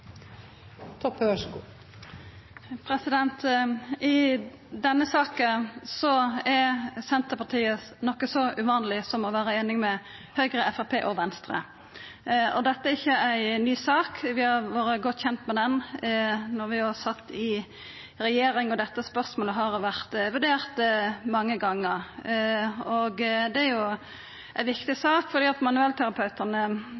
Senterpartiet noko så uvanleg som einig med Høgre, Framstegspartiet og Venstre. Dette er ikkje ei ny sak. Vi vart godt kjende med denne saka då vi sat i regjering, og dette spørsmålet har vorte vurdert mange gonger. Det er ei viktig sak,